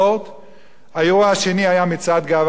האירוע השני היה מצעד גאווה של כמה אלפי,